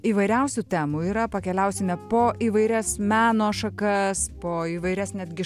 įvairiausių temų yra pakeliausime po įvairias meno šakas po įvairias netgi